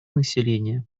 населения